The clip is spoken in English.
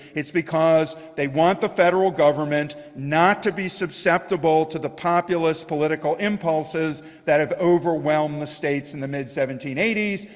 it's because they want the federal government not to be susceptible to the populist political impulses that have overwhelmed the states in the mid seventeen eighty s,